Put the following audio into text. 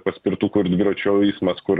paspirtukų ir dviračių eismas kur